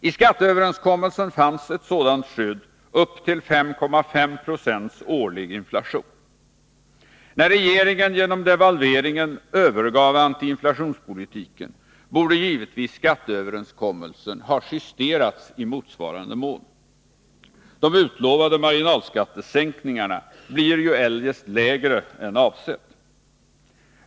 I skatteöverenskommelsen fanns ett sådant skydd upp till 5,5 96 årlig inflation. När regeringen genom devalveringen övergav anti-inflationspolitiken, borde givetvis skatteöverenskommelsen ha justerats i motsvarande mån. De utlovade marginalskattesänkningarna blir ju eljest lägre än avsett.